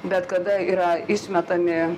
bet kada yra išmetami